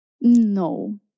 No